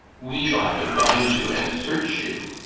we shall have to bind you and search you.